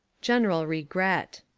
general regret.